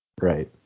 Right